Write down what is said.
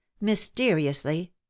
mysteriously